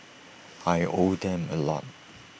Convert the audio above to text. I owe them A lot